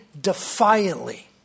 defiantly